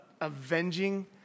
avenging